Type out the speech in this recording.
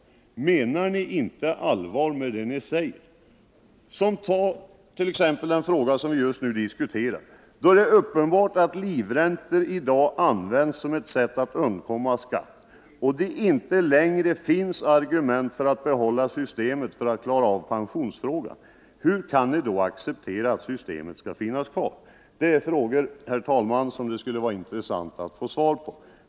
Menar ni inte allvar med det ni säger? Ta t. ex den fråga som vi just nu diskuterar! När det är uppenbart att livräntor i dag används som ett sätt att undkomma skatt och det inte längre finns argument för att behålla systemet för att klara av pensionsfrågan, hur kan ni då acceptera att det systemet skall finnas kvar? Detta är frågor, herr talman, som det skulle vara intressant att få svar på.